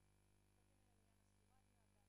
הישיבה הבאה תתקיים מחר, יום רביעי, ט'